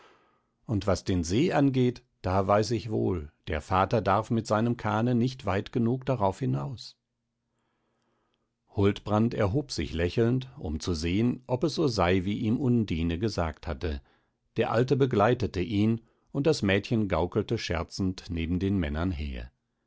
und was den see angeht da weiß ich wohl der vater darf mit seinem kahne nicht weit genug darauf hinaus huldbrand erhob sich lächelnd um zu sehn ob es so sei wie ihm undine gesagt hatte der alte begleitete ihn und das mädchen gaukelte scherzend neben den männern her